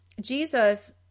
Jesus